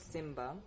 Simba